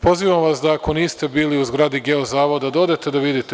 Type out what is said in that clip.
Pozivam vas, ako niste bili u zgradi Geozavoda, da odete da vidite.